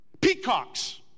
Peacocks